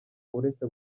uretse